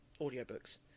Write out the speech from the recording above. audiobooks